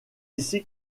ici